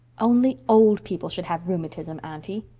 only old people should have rheumatism, aunty.